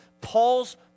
Paul's